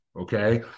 okay